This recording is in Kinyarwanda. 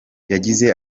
yagize